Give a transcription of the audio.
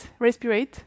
respirate